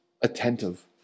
attentive